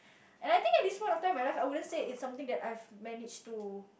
and I think at this point of time in my life I wouldn't say it's something that I've managed to